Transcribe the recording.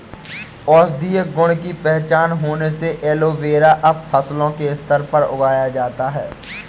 औषधीय गुण की पहचान होने से एलोवेरा अब फसलों के स्तर पर उगाया जाता है